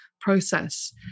process